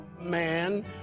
man